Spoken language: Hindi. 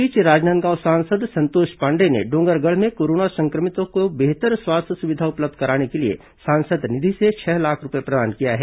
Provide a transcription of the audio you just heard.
इस बीच राजनांदगांव सांसद संतोष पांडेय ने डोंगरगढ़ में कोरोना संक्रमितों को बेहतर स्वास्थ्य सुविधा उपलब्ध कराने के लिए सांसद निधि से छह लाख रूपये प्रदान किया है